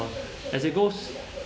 as it goes